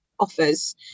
offers